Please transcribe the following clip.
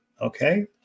okay